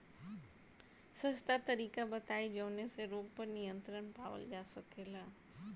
सस्ता तरीका बताई जवने से रोग पर नियंत्रण पावल जा सकेला?